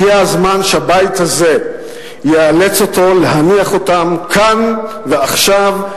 הגיע הזמן שהבית הזה יאלץ אותו להניח אותם כאן ועכשיו,